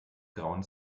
grauen